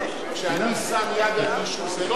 כשאני שם יד על מישהו זה לא תאונה.